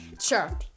sure